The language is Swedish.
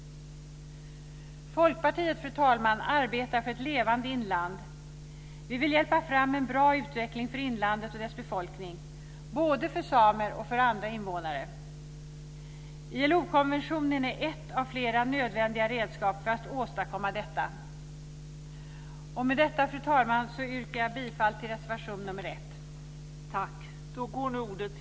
Folkpartiet, fru talman, arbetar för ett levande inland. Vi vill hjälpa fram en bra utveckling för inlandet och dess befolkning, både för samer och för andra invånare. ILO-konventionen är ett av flera nödvändiga redskap för att åstadkomma detta. Med detta, fru talman, yrkar jag bifall till reservation nr 1.